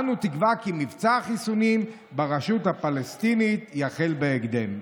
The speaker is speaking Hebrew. אנו תקווה כי מבצע החיסונים ברשות הפלסטינית יחל בהקדם".